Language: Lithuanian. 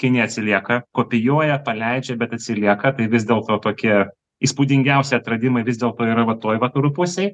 kinija atsilieka kopijuoja paleidžia bet atsilieka apie vis dėl to tokie įspūdingiausi atradimai vis dėlto yra va toj vakarų pusėj